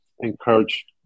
Encourage